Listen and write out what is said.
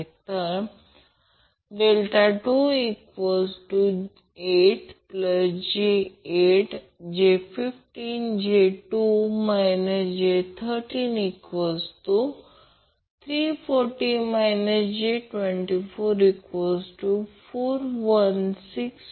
तर ∆28j8 j50 j2 j30 340 j240416